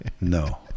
no